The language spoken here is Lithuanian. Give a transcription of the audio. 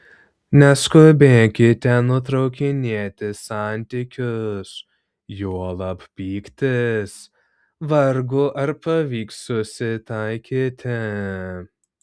neskubėkite nutraukinėti santykius juolab pyktis vargu ar pavyks susitaikyti